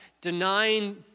denying